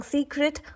Secret